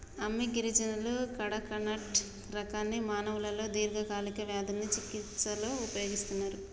అమ్మి గిరిజనులు కడకనట్ రకాన్ని మానవులలో దీర్ఘకాలిక వ్యాధుల చికిస్తలో ఉపయోగిస్తన్నరు